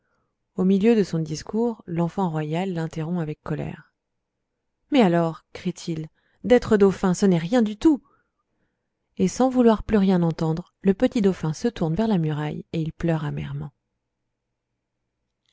au milieu de son discours l'enfant royal l'interrompt avec colère mais alors crie-t-il d'être dauphin ce n'est rien du tout et sans vouloir plus rien entendre le petit dauphin se tourne vers la muraille et il pleure amèrement